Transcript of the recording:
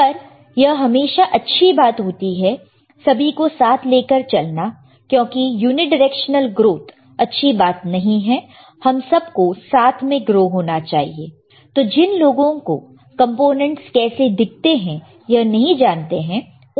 पर यह हमेशा अच्छी बात होती है सभी को साथ लेकर चलना क्योंकि यूनिडायरेक्शनल ग्रोथ अच्छी बात नहीं है हम सबको साथ में ग्रो होना चाहिए तो जिन लोगों को कंपोनेंट्स कैसे दिखते हैं यह नहीं जानते हैं उनके लिए यह चीज है